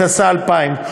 התשס"א 2000,